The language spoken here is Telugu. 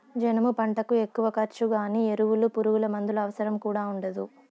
జనుము పంటకు ఎక్కువ ఖర్చు గానీ ఎరువులు పురుగుమందుల అవసరం కూడా ఉండదు